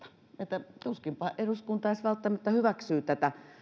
että tuskinpa eduskunta edes välttämättä hyväksyy tätä